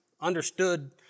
understood